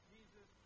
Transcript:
Jesus